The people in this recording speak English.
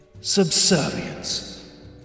Subservience